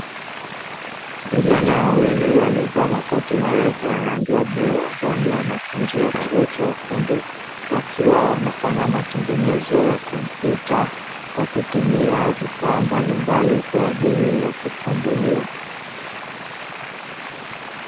Vijana wawili waliovaa makoti marefu ya rangi ya bluu ambao ni wanafunzi wa chuo cha ufundi, wakiwa wanafanya matengenezo ya kompyuta kwa kutumia vifaa mbalimbali kwa ajili ya kufungulia.